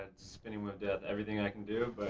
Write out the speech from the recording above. spinning wheel of death. everything i can do